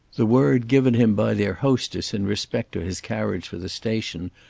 the word given him by their hostess in respect to his carriage for the station,